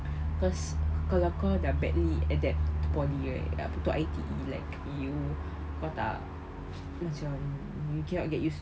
cause kalau kau dah badly adapt poly right kenapa tu I_T_E like you kau tak macam you cannot get used to